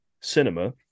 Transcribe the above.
cinema